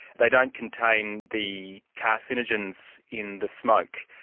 they don't contain the carcinogens in the smoke.